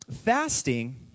fasting